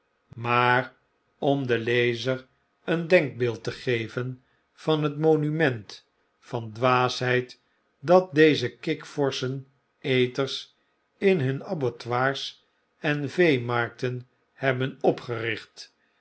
maar om den lezer een denkbeeld te geven van het monument van dwaasheid dat deze kikvorschen eters in hun abattoirs en veemarkten hebben opgericht